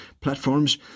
platforms